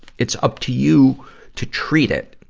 it's up to you to treat it.